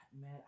man